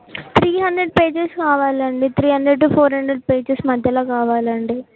three hundred pages కావాలండి three hundred to four hundred pages మధ్యలో కావాలండి